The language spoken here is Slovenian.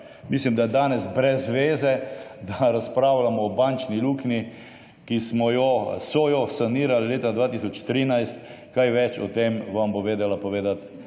Mislim, da danes brez veze, da razpravljamo o bančni luknji, ki smo jo, so jo sanirali leta 2013, kaj več o tem vam bo vedela povedati